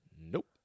Nope